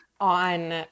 on